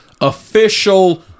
official